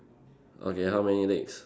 okay how many legs